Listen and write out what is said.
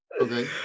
okay